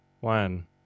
one